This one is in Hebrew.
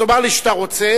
אז תאמר לי שאתה רוצה.